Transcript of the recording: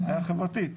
בעיה חברתית.